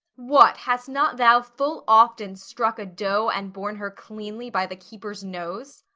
what, hast not thou full often struck a doe, and borne her cleanly by the keeper's nose?